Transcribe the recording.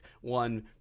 one